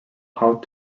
how